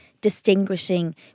distinguishing